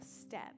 step